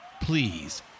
Please